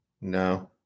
No